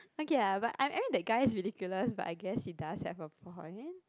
okay ah but I I mean that guy is ridiculous but I guess he does have a point